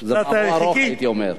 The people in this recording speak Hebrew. זה היה מבוא ארוך, הייתי אומר.